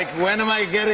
when am i getting?